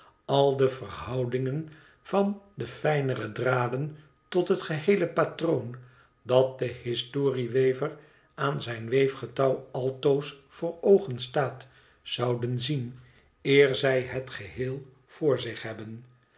al de verhoudingen van de fijnere draden tot het geheele patroon dat den historiewever aan zijn weefgetouw altoos voor oogen staat zouden zien eer zij het geheel voor zich hebben